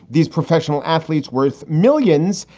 these professional athletes, worth millions,